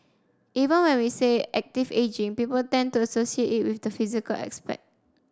even when we say active ageing people tend to associate it with the physical aspect